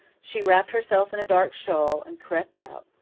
she wrapped herself in a dark shawl and crept out,